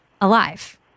alive